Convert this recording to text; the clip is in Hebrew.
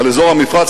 על אזור המפרץ,